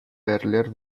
earlier